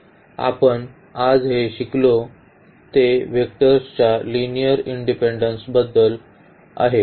तर आपण आज जे शिकलो ते वेक्टर्सच्या लिनिअर इंडिपेन्डेन्सबद्दल आहे